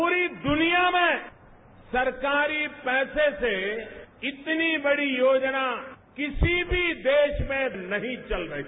पूरी दुनिया में सरकारी पैसे से इतनी बड़ी योजना किसी भी देश में नहीं चल रही